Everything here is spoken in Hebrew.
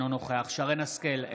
אינו נוכח שרן מרים השכל,